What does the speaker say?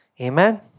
Amen